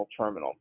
terminal